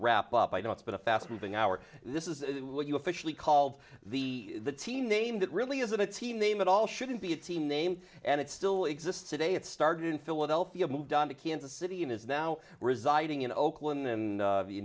wrap up i know it's been a fast moving hour this is what you officially called the team name that really isn't a team name at all shouldn't be a team name and it still exists today it started in philadelphia moved on to kansas city and is now residing in oakland and